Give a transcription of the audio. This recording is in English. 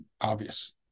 obvious